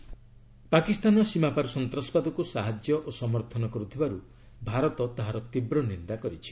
Pak terrorism Pakistan ସୀମାପାର ସନ୍ତାସବାଦକୁ ସାହାଯ୍ୟ ଓ ସମର୍ଥନ କରୁଥିବାରୁ ଭାରତ ତାହାର ତୀବ୍ର ନିନ୍ଦା କରିଛି